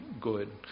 good